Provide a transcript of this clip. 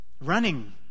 running